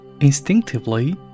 Instinctively